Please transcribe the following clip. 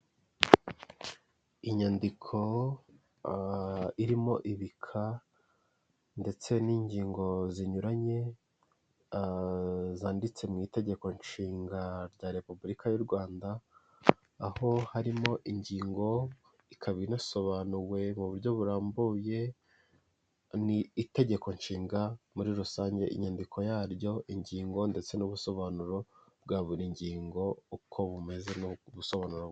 Inyandiko irimo ibika ndetse n'ingingo zinyuranye zanditse mu itegeko nshinga rya repubulika y'u Rwanda, aho harimo ingingo ikaba inasobanuwe mu buryo burambuye, ni itegeko nshinga muri rusange inyandiko yaryo ingingo ndetse n'ubusobanuro bwa buri ngingo uko bumeze n'uko busobanurwa.